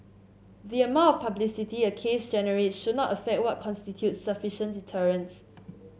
the amount of publicity a case generate should not affect what constitutes sufficient deterrence